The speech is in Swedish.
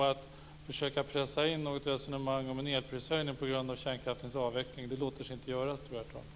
Att försöka pressa in något resonemang om en elprishöjning på grund av kärnkraftens avveckling tror jag inte låter sig göras.